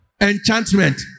enchantment